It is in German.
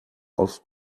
aus